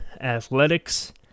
Athletics